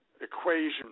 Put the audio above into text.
equation